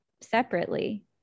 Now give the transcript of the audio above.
separately